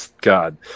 God